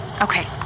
Okay